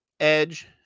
Edge